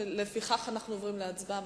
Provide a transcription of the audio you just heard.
לפיכך, אנחנו עוברים להצבעה.